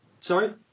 sorry